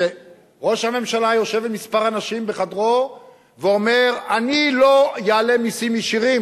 שראש הממשלה יושב עם כמה אנשים בחדרו ואומר: אני לא אעלה מסים ישירים.